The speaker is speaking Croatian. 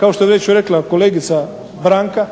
Kao što je već rekla kolegica Branka